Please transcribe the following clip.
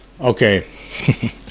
okay